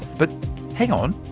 but hang on,